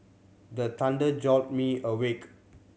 the thunder jolt me awake